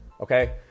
Okay